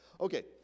okay